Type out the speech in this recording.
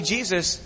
Jesus